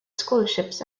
scholarships